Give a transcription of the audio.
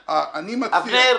בבקשה,